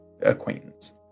acquaintance